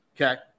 Okay